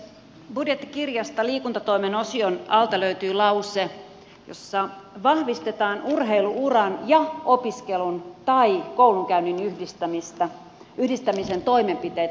budjettikirjasta liikuntatoimen osion alta löytyy lause jossa vahvistetaan urheilu uran ja opiskelun tai koulunkäynnin yhdistämisen toimenpiteitä